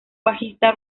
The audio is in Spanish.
bajista